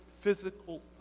physical